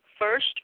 First